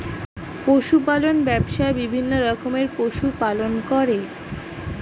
পশু পালন ব্যবসায়ে বিভিন্ন রকমের পশু পালন করে